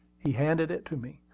he handed it to me.